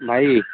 ଭାଇ